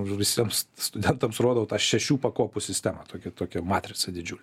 visiems studentams rodau tą šešių pakopų sistemą tokią tokią matricą dydžiulę